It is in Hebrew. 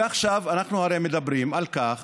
ועכשיו, אנחנו הרי מדברים על כך